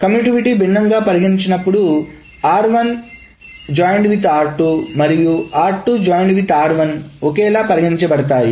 కమ్యుటివిటీని భిన్నంగా పరిగణించనప్పుడు మరియు ఒకేలా పరిగణించబడతాయి